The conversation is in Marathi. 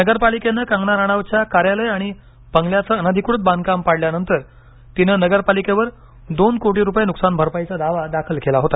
नगरपालिकेनं कंगना राणावतच्या कार्यालय आणि बंगल्याचं अनधिकृत बांधकाम पाडल्यानंतर तिनं नगरपालिकेवर दोन कोटी रुपये नुकसान भरपाईचा दावा दाखल केला होता